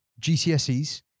gcses